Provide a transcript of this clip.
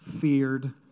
feared